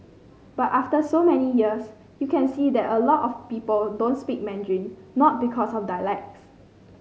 but after so many years you can see that a lot of people don't speak Mandarin not because of dialects